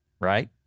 right